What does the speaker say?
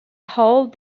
hold